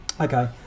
Okay